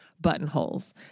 buttonholes